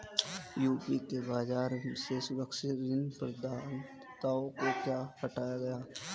UK में बाजार से सुरक्षित ऋण प्रदाताओं को क्यों हटाया गया?